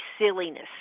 silliness